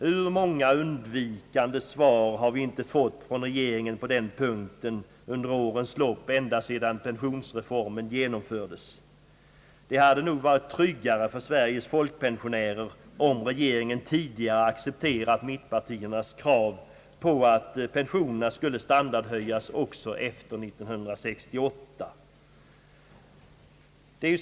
Hur många undvikande svar har vi inte fått från regeringen på den punkten under årens lopp ända sedan pensionsreformen genomfördes. Det hade nog varit tryggare för Sveriges folkpensionärer, om regeringen tidigare accepterat mittpartiernas krav på att pensionerna skulle standardhöjas också efter 1968.